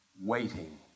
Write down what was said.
waiting